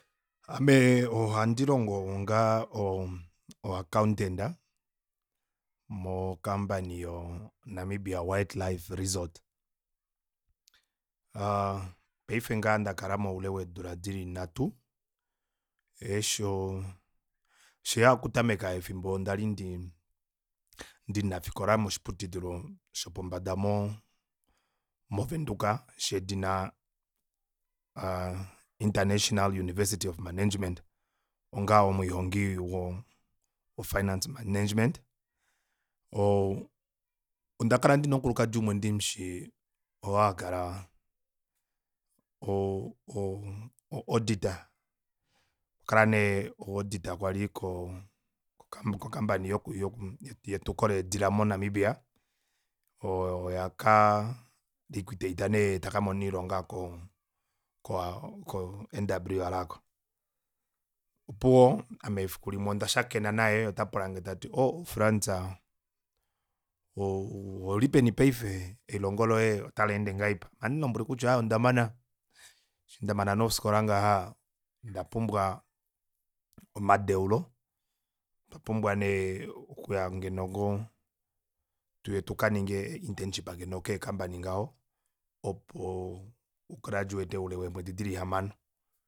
Ame ohandi longo onga o accountant mo campany yo namibia wildlife resort paife ngaha ndakalamo oule weedula dili nhatu eshi oo osheya okutameka pefimbo ndali ndimunafikola moshiputudilo shopombada mo windhoek shedina intenational university of management onga omwiihongi woo finance management oo ondakala ndina omukulukadi umwe ndimushi oo akala oo oo auditor okwa kala nee oauditor kwali koo ko company yoku yetuko leedila mo namibia oyo ya dikwitotor nee yee takamona oilonga ko nwr, opuwo ame efikulimwe odashakena naye ota pulange tati oo france oo oulipeni paife elihongo loye otali ende ngahelipi andimbulombwele kutya aaye ondamana eshi nee ndamana ofikola ngaha ondapumbwa omadeulo otwapumbwa okuya ngeno ngoo tukaninge tukaninge ngoo intenship kee company ngaho opo u graduate oule weemwedi dili hamano